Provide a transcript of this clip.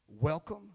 welcome